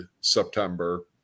September